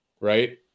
right